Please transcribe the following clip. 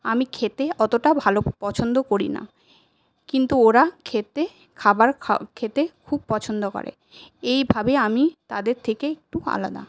আমি খেতে অতটা ভালো পছন্দ করি না কিন্তু ওরা খেতে খাবার খা খেতে খুব পছন্দ করে এইভাবেই আমি তাদের থেকে একটু আলাদা